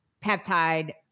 peptide